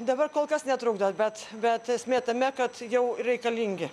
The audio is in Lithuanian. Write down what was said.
dabar kol kas netrukdot bet bet esmė tame kad jau reikalingi